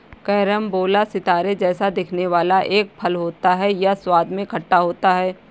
carambola सितारे जैसा दिखने वाला एक फल होता है यह स्वाद में खट्टा होता है